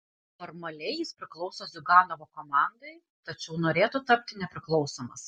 formaliai jis priklauso ziuganovo komandai tačiau norėtų tapti nepriklausomas